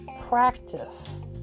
practice